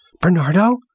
Bernardo